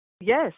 Yes